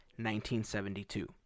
1972